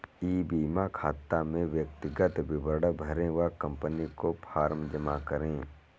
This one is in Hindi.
ई बीमा खाता में व्यक्तिगत विवरण भरें व कंपनी को फॉर्म जमा करें